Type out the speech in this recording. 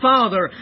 Father